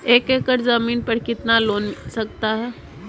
एक एकड़ जमीन पर कितना लोन मिल सकता है?